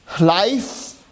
life